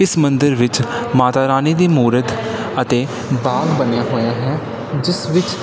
ਇਸ ਮੰਦਰ ਵਿੱਚ ਮਾਤਾ ਰਾਣੀ ਦੀ ਮੂਰਤ ਅਤੇ ਬਾਗ਼ ਬਣਿਆ ਹੋਇਆ ਹੈ ਜਿਸ ਵਿੱਚ